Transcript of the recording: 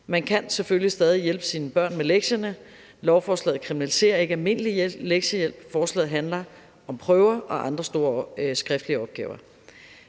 Man kan selvfølgelig stadig hjælpe sine børn med lektierne, for lovforslaget kriminaliserer ikke almindelig lektiehjælp; forslaget handler om prøver og andre store skriftlige opgaver.